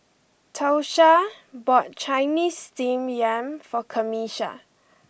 Tosha bought Chinese Steamed Yam for Camisha